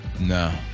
No